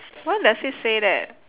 where does it say that